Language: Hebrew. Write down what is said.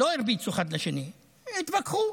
לא הרביצו אחד לשני, התווכחו.